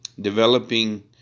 developing